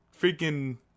freaking